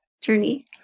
journey